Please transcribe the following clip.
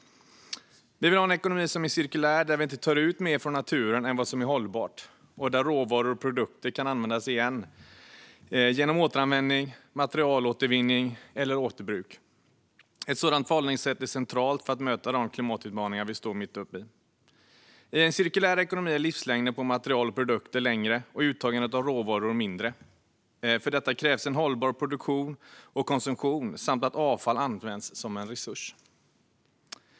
Vi vill ha en ekonomi som är cirkulär, där vi inte tar ut mer från naturen än vad som är hållbart och där råvaror och produkter kan användas igen genom återanvändning, materialåtervinning eller återbruk. Ett sådant förhållningssätt är centralt när det gäller att möta de klimatutmaningar vi står mitt uppe i. I en cirkulär ekonomi är livslängden på material och produkter längre och uttagandet av råvaror mindre. För detta krävs en hållbar produktion och konsumtion samt att avfall används som en resurs.